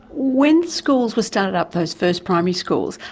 when schools were started up, those first primary schools,